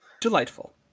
Delightful